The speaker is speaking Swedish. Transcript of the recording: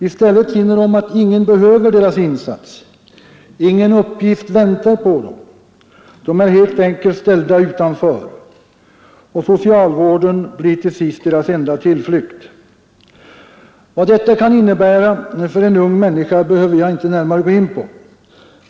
I stället finner de att ingen behöver deras insats, ingen uppgift väntar på dem, de är helt enkelt ställda utanför, och socialvården blir till sist deras enda tillflykt. Vad detta kan innebära för en unga människa behöver jag inte närmare gå in på.